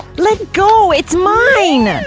let go! it's mine!